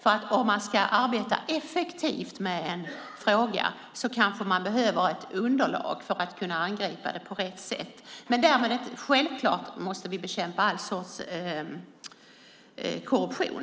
Ska man arbeta effektivt med en fråga behöver man ett underlag för att kunna angripa den på rätt sätt. Vi måste dock självklart bekämpa all sorts korruption.